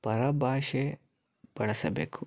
ಪರಭಾಷೆ ಬಳಸಬೇಕು